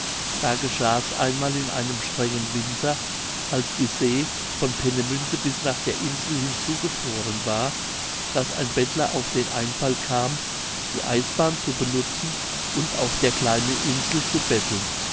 da geschah es einmal in einem strengen winter als die see von peenemünde bis nach der insel hin zugefroren war daß ein bettler auf den einfall kam die eisbahn zu benutzen und auf der kleinen insel zu betteln